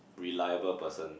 reliable person